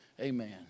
Amen